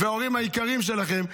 וההורים היקרים שלכם,